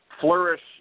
flourish